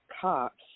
cops